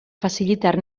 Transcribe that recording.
facilitar